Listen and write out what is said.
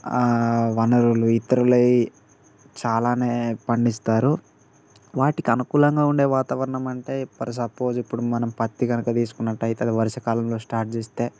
వనరులు ఇతరులయి చాలానే పండిస్తారు వాటికి అనుకూలంగా ఉండే వాతావరణం అంటే ఫర్ సపోజ్ ఇప్పుడు మనం పత్తి గనుక తీసుకున్నట్టయితే అది వర్షాకాలంలో స్టార్ట్ చేస్తే